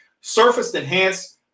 surface-enhanced